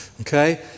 Okay